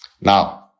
now